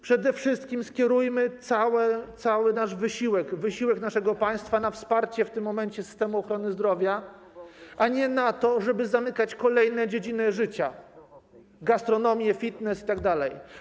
Przede wszystkim skierujmy cały nasz wysiłek, wysiłek naszego państwa na wsparcie w tym momencie systemu ochrony zdrowia, a nie na to, żeby zamykać kolejne dziedziny życia, gastronomię, fitness itd.